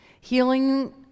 healing